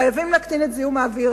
חייבים להקטין את זיהום האוויר.